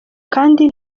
kandi